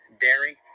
dairy